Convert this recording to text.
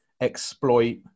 exploit